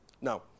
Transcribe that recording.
Now